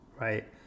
right